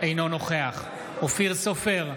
אינו נוכח אופיר סופר,